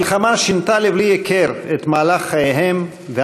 המלחמה שינתה לבלי הכר את מהלך חייהם,